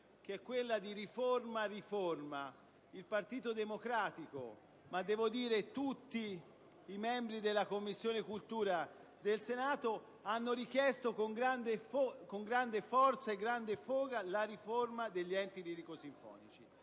forte, ossia: «Riforma! Riforma!». Il Partito Democratico, ma - devo dire - tutti i membri della 7a Commissione del Senato hanno richiesto con grande forza e grande foga la riforma degli enti lirico-sinfonici.